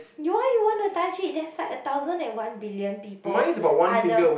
do I want to touch it there is like a thousand and one billion people are the